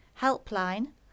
Helpline